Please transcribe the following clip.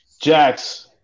Jax